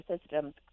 systems